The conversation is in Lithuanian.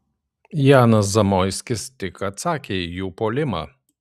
janas zamoiskis tik atsakė į jų puolimą